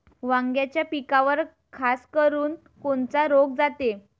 वांग्याच्या पिकावर खासकरुन कोनचा रोग जाते?